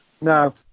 No